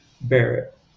Barrett